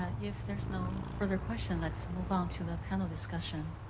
ah if there's no further question, let's move on to the panel discussion.